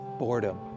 boredom